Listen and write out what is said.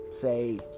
say